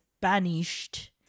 Banished